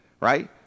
right